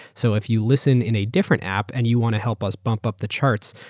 so if you listen in a different app and you want to help us bumped up the charts,